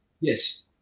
Yes